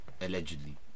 allegedly